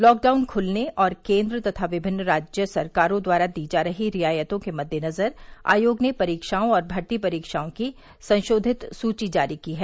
lockdown खुलने और केंद्र तथा विभिन्न राज्य सरकारों द्वारा दी जा रही रियायतों के मदेनजर आयोग ने परीक्षाओं और भर्ती परीक्षाओं की संशोधित सूची जारी की है